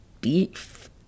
beef